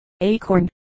acorn